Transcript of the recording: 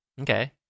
Okay